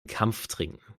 kampftrinken